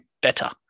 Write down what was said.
better